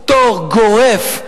פטור גורף,